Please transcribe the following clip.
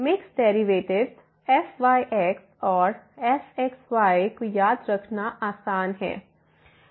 mixed derivatives fyx और fxy को याद रखना आसान है